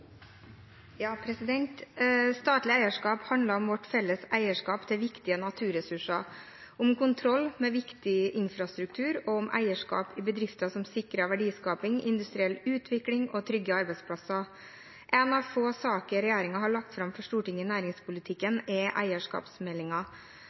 viktige naturressurser, om kontroll med viktig infrastruktur og om eierskap i bedrifter som sikrer verdiskaping, industriell utvikling og trygge arbeidsplasser. En av få saker regjeringen har lagt fram for Stortinget i næringspolitikken,